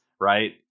right